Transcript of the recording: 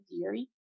Theory